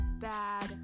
bad